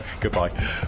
goodbye